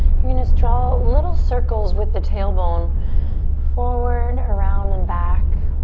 you're gonna just draw little circles with the tailbone forward, around and back.